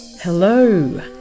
Hello